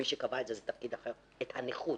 הנכות